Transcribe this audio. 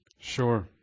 Sure